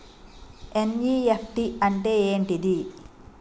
NEFT అంటే ఏంటిది?